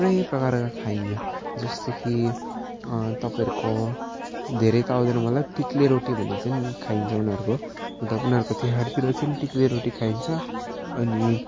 थुप्रै प्रकारका खाइन्छ जस्तो कि तपाईँहरूको धेरै त आउँदैन मलाई टिक्ले रोटी भनिन्छ नि खाइन्छ उनीहरूको मतलब उनीहरूको तिहारतिर चाहिँ टिक्ले रोटी खाइन्छ अनि